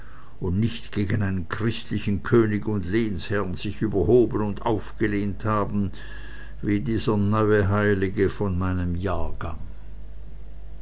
und nicht gegen einen christlichen könig und lehensherrn sich überhoben und aufgelehnt haben wie dieser neue heilige von meinem jahrgang